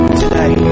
today